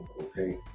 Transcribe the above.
okay